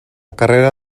carrera